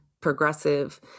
progressive